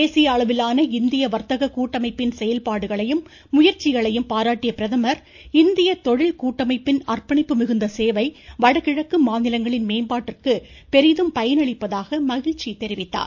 தேசிய அளவிலான இந்திய வர்த்தக கூட்டமைப்பின் செயல்பாடுகளையும் முயற்சிகளையும் பாராட்டிய பிரதமர் இந்திய தொழில் கூட்டமைப்பின் அர்ப்பணிப்பு மிகுந்த சேவை வடகிழக்கு மாநிலங்களின் மேம்பாட்டிற்கு பெரிதும் பயனளிப்பதாக மகிழ்ச்சி தெரிவித்தார்